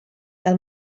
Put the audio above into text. del